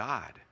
God